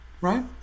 right